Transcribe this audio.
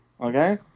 Okay